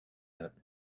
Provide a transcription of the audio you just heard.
out